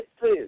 food